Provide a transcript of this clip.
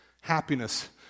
Happiness